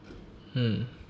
hmm